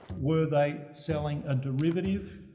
were they selling a derivative?